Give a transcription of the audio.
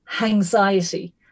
anxiety